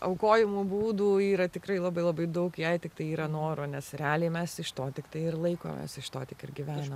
aukojimo būdų yra tikrai labai labai daug jei tiktai yra noro nes realiai mes iš to tiktai ir laikomės iš to tik ir gyvenim